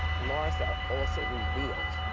larsa also revealed,